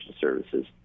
services